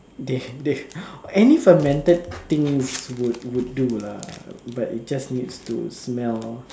they they any fermented things would would do lah but it just need to smell